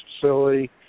facility